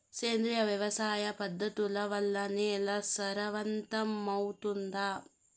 సేంద్రియ వ్యవసాయ పద్ధతుల వల్ల, నేల సారవంతమౌతుందా?